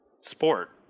sport